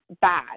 bad